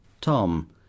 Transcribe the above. Tom